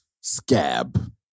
Scab